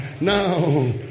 Now